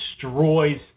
destroys